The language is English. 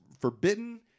forbidden